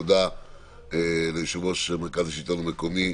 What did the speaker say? תודה ליושב-ראש מרכז השלטון המקומי,